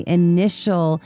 initial